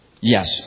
Yes